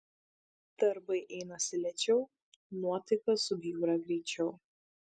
darbai einasi lėčiau nuotaika subjūra greičiau